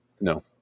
No